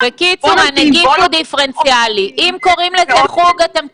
יחד עם ההורים וגם